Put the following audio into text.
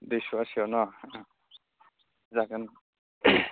दुयस' आसि आव न जागोन